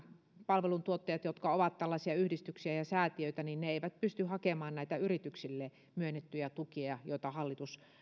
palveluntuottajat jotka ovat tällaisia yhdistyksiä ja säätiöitä eivät pysty hakemaan näitä yrityksille myönnettyjä tukia joita hallitus